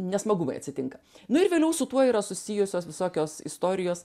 nesmagumai atsitinka nu ir vėliau su tuo yra susijusios visokios istorijos